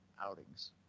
outings